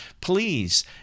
Please